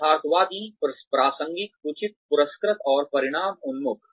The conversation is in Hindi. यथार्थवादी प्रासंगिक उचित पुरस्कृत और परिणाम उन्मुख